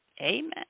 Amen